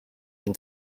and